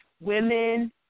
Women